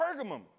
Pergamum